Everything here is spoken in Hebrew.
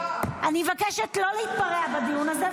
אני מבקשת לא להתפרע בדיון הזה,